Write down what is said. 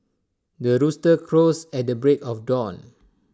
the rooster crows at the break of dawn